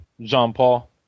Jean-Paul